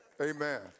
Amen